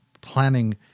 planning